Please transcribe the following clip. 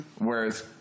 Whereas